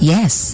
Yes